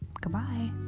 goodbye